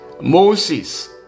Moses